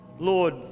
lord